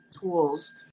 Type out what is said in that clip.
tools